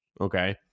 okay